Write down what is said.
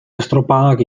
estropadak